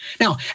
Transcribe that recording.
Now